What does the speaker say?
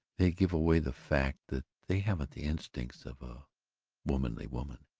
they give away the fact that they haven't the instincts of a womanly woman.